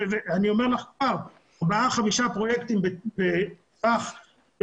אני אומר לך שארבעה-חמישה פרויקטים בטווח של